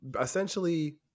Essentially